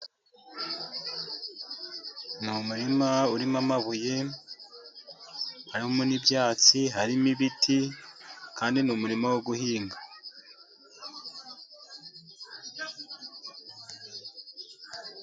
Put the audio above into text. Ni umurima urimo amabuye, harimo n'ibyatsi, harimo ibiti, kandi ni umurima wo guhinga.